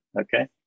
Okay